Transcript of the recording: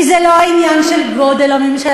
כי זה לא עניין של גודל הממשלה.